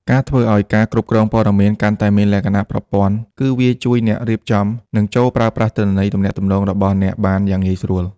ការធ្វើឲ្យការគ្រប់គ្រងព័ត៌មានកាន់តែមានលក្ខណៈប្រព័ន្ធគឺវាជួយអ្នករៀបចំ និងចូលប្រើប្រាស់ទិន្នន័យទំនាក់ទំនងរបស់អ្នកបានយ៉ាងងាយស្រួល។